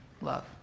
love